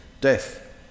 death